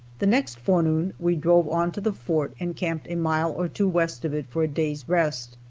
the next forenoon we drove on to the fort and camped a mile or two west of it for a day's rest.